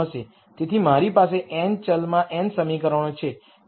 તેથી મારી પાસે n ચલમાં n સમીકરણો છે